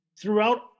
throughout